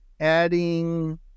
adding